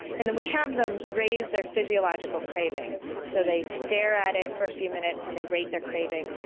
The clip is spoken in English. and then we have them raise their physiological craving so they stare at it for a few minutes and they rate their craving,